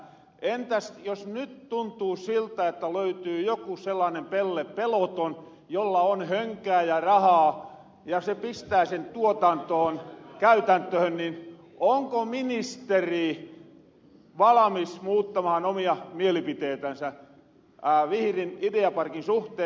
entäs jos nyt tuntuu siltä että löytyy joku sellaanen pellepeloton jolla on hönkää ja rahaa ja se pistää sen tuotantoon käytäntöhön niin onko ministeri valamis muuttamahan omia mielipiteitänsä vihrin ideaparkin suhteen